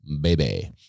baby